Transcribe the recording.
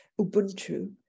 Ubuntu